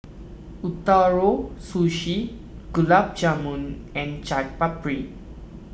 Ootoro Sushi Gulab Jamun and Chaat Papri